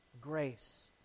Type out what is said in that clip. grace